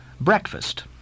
Breakfast